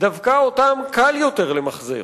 דווקא אותם קל יותר למחזר,